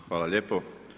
Hvala lijepo.